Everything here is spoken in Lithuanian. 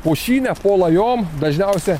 pušyne po lajom dažniausia